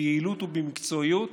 ביעילות ובמקצועיות.